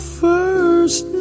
first